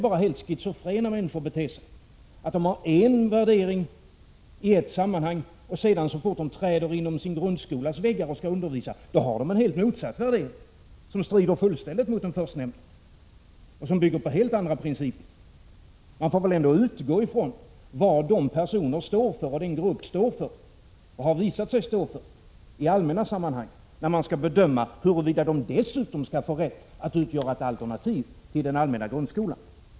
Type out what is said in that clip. Bara helt schizofrena människor beter sig så att de har en värdering i ett sammanhang och sedan, så fort de träder innanför sin grundskolas väggar och skall undervisa, har en helt motsatt värdering som fullständigt strider mot den förstnämnda och bygger på helt andra principer. Man får väl ändå utgå ifrån vad dessa personer och denna grupp står för i allmänna sammanhang, när man skall bedöma huruvida de dessutom skall få rätt att driva en skola som skall utgöra ett alternativ till den allmänna grundskolan.